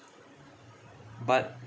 but